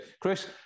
Chris